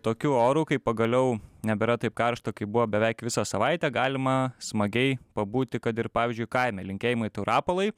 tokiu oru kai pagaliau nebėra taip karšta kaip buvo beveik visą savaitę galima smagiai pabūti kad ir pavyzdžiui kaime linkėjimai tau rapolai